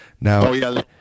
Now